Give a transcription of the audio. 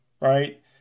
Right